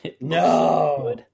No